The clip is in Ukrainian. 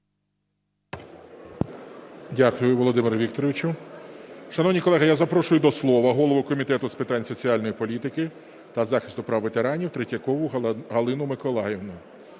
Дякую, Володимире Вікторовичу. Шановні колеги, я запрошую до слова голову Комітету з питань соціальної політики та захисту прав ветеранів Третьякову Галину Миколаївну.